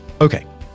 Okay